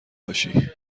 باشی